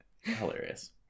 Hilarious